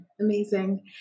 amazing